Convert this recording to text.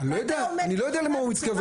ואתה עומד כאן עכשיו